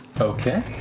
Okay